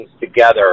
together